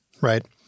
right